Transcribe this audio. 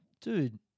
dude